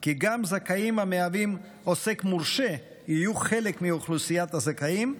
כי גם זכאים המהווים עוסק מורשה יהיו חלק מאוכלוסיית הזכאים,